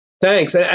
Thanks